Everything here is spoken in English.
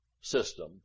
system